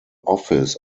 office